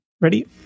Ready